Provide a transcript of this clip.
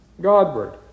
Godward